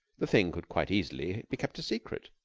the thing could quite easily be kept a secret.